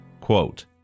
Quote